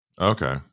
okay